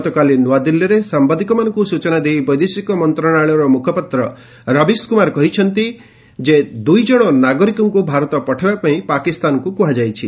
ଗତକାଲି ନ୍ତଆଦିଲ୍ଲୀରେ ସାମ୍ବାଦିକମାନଙ୍କୁ ସୂଚନା ଦେଇ ବେଦେଶିକ ମନ୍ତ୍ରଣାଳୟ ମୁଖପାତ୍ର ରବୀଶ କୁମାର କହିଛନ୍ତି ଦୁଇ ଜଣ ନାଗରିକଙ୍କୁ ଭାରତ ପଠାଇବାପାଇଁ ପାକିସ୍ତାନକୁ କୁହାଯାଇଛି